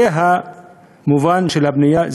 זה המובן של הבנייה,